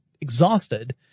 exhausted